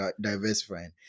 diversifying